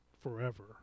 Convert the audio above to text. forever